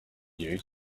you